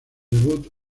debut